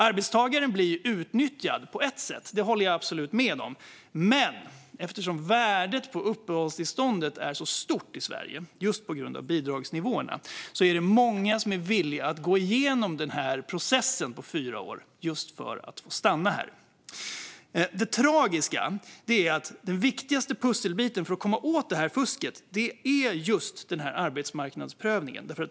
Arbetstagaren blir på ett sätt utnyttjad - det håller jag absolut med om - men eftersom värdet på uppehållstillståndet är så stort i Sverige, just på grund av bidragsnivåerna, är det många som är villiga att gå igenom processen på fyra år för att få stanna här. Det tragiska är att den viktigaste pusselbiten för att komma åt fusket är arbetsmarknadsprövningen.